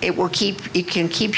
it were keep it can keep